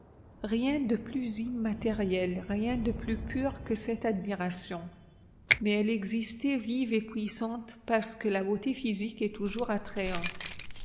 rien de plus immatériel rien de plus pur que cette admiration mais elle existait vive et puissante parce que la beauté physique est toujours attrayante